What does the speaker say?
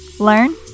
Learn